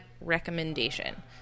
recommendation